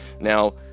Now